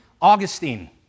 Augustine